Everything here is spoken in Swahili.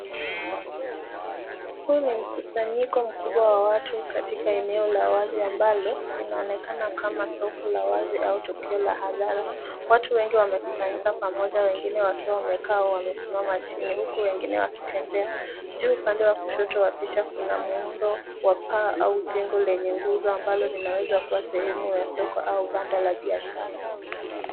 Huu mkusanyiko mkubwa wa watu katika eneo la wazi ambalo linaonekana kama soko la wazi au tokeo la hadhara. Watu wengi wamekusanyika pamoja wengine wakiwa wamekaa wamesimama chini huku wengine wakitembea. Juu upande wa kushoto wapisha kuna muundo wa paa au jengo lenye nguzo ambalo linaweza kuwa sehemu ya soko au banda la biashara.